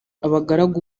abagaragu